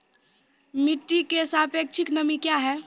मिटी की सापेक्षिक नमी कया हैं?